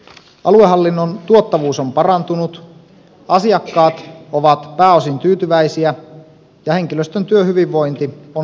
aluehallinnon tuottavuus on parantunut asiakkaat ovat pääosin tyytyväisiä ja henkilöstön työhyvinvointi on säilynyt hyvänä